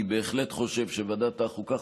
אני בהחלט חושב שוועדת החוקה,